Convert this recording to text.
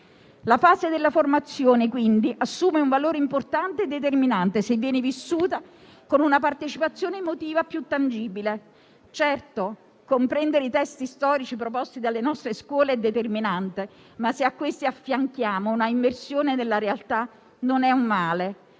La fase della formazione, quindi, assume un valore importante e determinante, se viene vissuta con una partecipazione emotiva più tangibile. Certo, comprendere i testi storici proposti dalle nostre scuole è determinante, ma, se a questi affianchiamo un'immersione nella realtà, non è un male.